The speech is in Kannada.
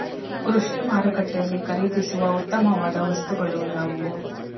ಕೃಷಿ ಮಾರುಕಟ್ಟೆಯಲ್ಲಿ ಖರೀದಿಸುವ ಉತ್ತಮವಾದ ವಸ್ತುಗಳು ಯಾವುವು?